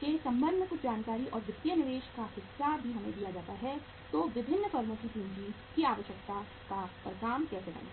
के संबंध में कुछ जानकारी और वित्तीय निवेश का हिस्सा भी हमें दिया जाता है तो विभिन्न फर्मों की पूंजी की आवश्यकता पर काम कैसे करना है